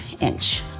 inch